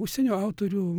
užsienio autorių